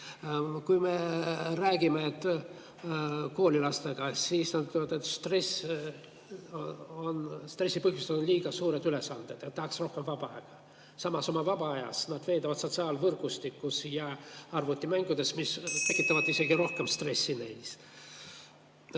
Kui me räägime koolilastega, siis nad ütlevad, et stressi põhjuseks on liiga suured ülesanded, tahaks rohkem vaba aega. Samas, oma vaba aja nad veedavad sotsiaalvõrgustikus ja arvutimängudes, mis tekitavad neis isegi rohkem stressi.